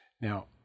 Now